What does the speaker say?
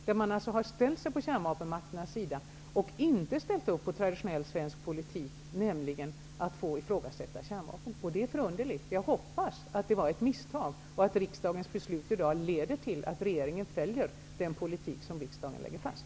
Där ställde man sig på kärnvapenmakternas sida och ställde inte upp på traditionell svensk politik, nämligen att ifrågasätta kärnvapen. Det är förunderligt. Jag hoppas att det var ett misstag och att riksdagens beslut i dag leder till att regeringen följer den politik som riksdagen lägger fast.